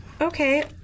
Okay